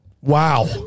Wow